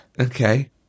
Okay